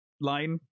line